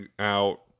out